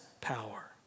power